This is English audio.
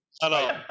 Hello